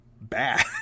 bad